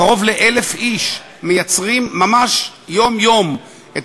קרוב ל-1,000 איש מייצרים ממש יום-יום את